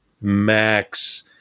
max